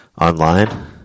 online